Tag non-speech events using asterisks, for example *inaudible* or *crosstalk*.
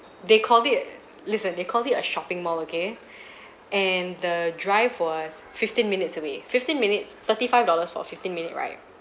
they called it err listen they called it a shopping mall okay *breath* and the drive was fifteen minutes away fifteen minutes thirty-five dollars for a fifteen-minute ride